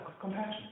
compassion